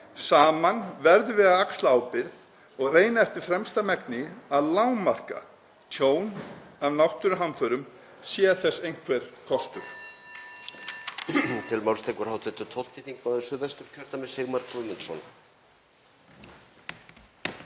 Saman verðum við að axla ábyrgð og reyna eftir fremsta megni að lágmarka tjón af náttúruhamförum sé þess einhver kostur.